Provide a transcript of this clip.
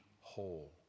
whole